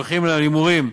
על הימורים,